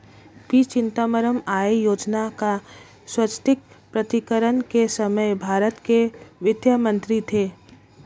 P Chidambaram आय योजना का स्वैच्छिक प्रकटीकरण के समय भारत के वित्त मंत्री थे